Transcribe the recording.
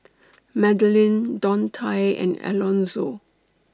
Madilynn Dontae and Alonzo